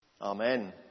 Amen